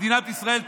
מדינת ישראל תתמוטט.